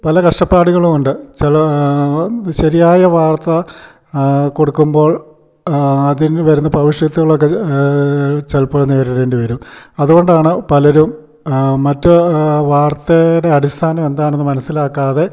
പല കഷ്ടപ്പാടുകളും ഉണ്ട് ചില ശരിയായ വാർത്ത കൊടുക്കുമ്പോൾ അതിന് വരുന്ന ഭവിഷ്യത്തുകൾ ഒക്കെ ചിലപ്പോൾ നേരിടേണ്ടി വരും അതുകൊണ്ടാണ് പലരും മറ്റ് വാർത്തയുടെ അടിസ്ഥാനം എന്താണെന്ന് മനസ്സിലാക്കാതെ